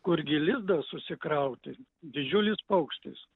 kur gi lizdą susikrauti didžiulis paukštis